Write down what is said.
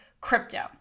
crypto